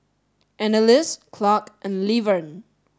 Annalise Clarke and Levern